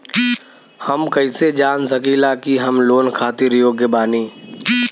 हम कईसे जान सकिला कि हम लोन खातिर योग्य बानी?